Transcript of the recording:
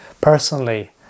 personally